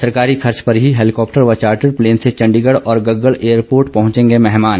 सरकारी खर्च पर ही हैलीकॉप्टर व चार्टड प्लेन से चंडीगढ़ और गगल एयरपोर्ट पहुंचेंगे मेहमान